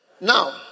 Now